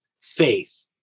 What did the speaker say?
faith